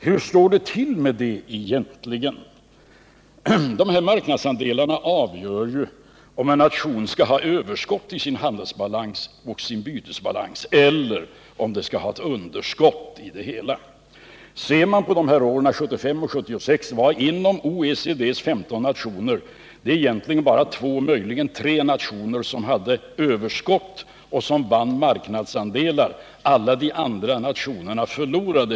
Hur står det till med det egentligen? Marknadsandelarna avgör om en nation får överskott i sin handelsbalans och bytesbalans eller om den får underskott. Under 1975 och 1976 var det av OECD:s 15 nationer egentligen bara 2 eller möjligen 3, som hade överskott och som vann marknadsandelar. Alla de andra nationerna förlorade.